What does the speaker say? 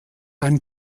ein